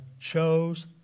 chose